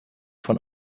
von